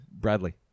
Bradley